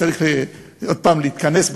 צריך עוד פעם להתכנס,